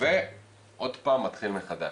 ועוד פעם מתחיל מחדש.